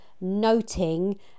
noting